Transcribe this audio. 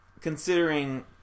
considering